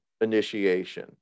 initiation